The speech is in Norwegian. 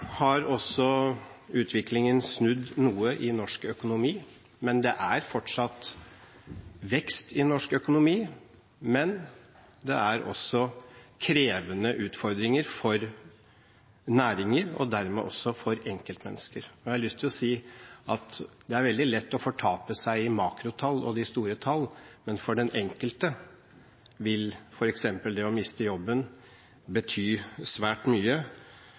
har også utviklingen snudd noe i norsk økonomi. Det er fortsatt vekst i norsk økonomi, men det er også krevende utfordringer for næringer og dermed også for enkeltmennesker. Jeg har lyst til å si at det er veldig lett å fortape seg i makrotall og de store tall, men for den enkelte vil f.eks. det å miste jobben bety svært mye